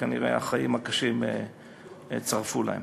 שכנראה החיים הקשים צרפו בהם.